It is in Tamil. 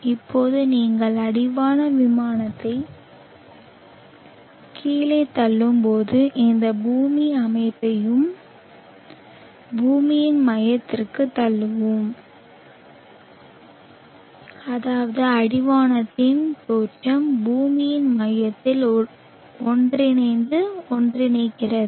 இப்போது நீங்கள் அடிவான விமானத்தை கீழே தள்ளும்போது இந்த முழு அமைப்பையும் பூமியின் மையத்திற்குத் தள்ளுவோம் அதாவது அடிவானத்தின் தோற்றம் பூமியின் மையத்தில் ஒன்றிணைந்து ஒன்றிணைகிறது